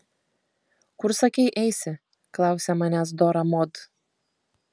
kur sakei eisi klausia manęs dora mod